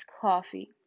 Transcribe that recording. coffee